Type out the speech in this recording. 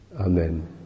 Amen